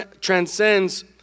transcends